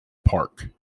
park